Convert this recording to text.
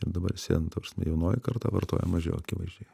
ir dabar visvien ta prasme jaunoji karta vartoja mažiau akivaizdžiai